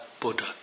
Buddha